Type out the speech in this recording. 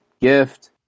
gift